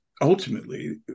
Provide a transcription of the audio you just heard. ultimately